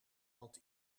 want